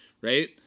Right